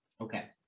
Okay